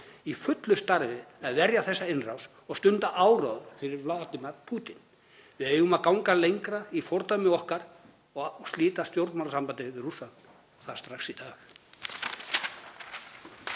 í fullu starfi við að verja þessa innrás og stunda áróður fyrir Vladímír Pútín. Við eigum að ganga lengra í fordæmingu okkar og slíta stjórnmálasambandi við Rússland og það strax í dag.